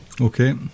Okay